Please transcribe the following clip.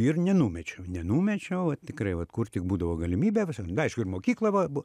ir nenumečiau nenumečiau va tikrai vat kur tik būdavo galimybė visur aišku ir mokyklą va bu